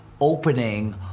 opening